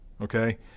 Okay